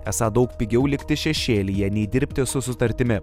esą daug pigiau likti šešėlyje nei dirbti su sutartimi